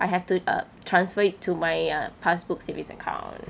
I have to uh transfer it to my uh passbook savings account